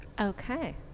Okay